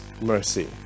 mercy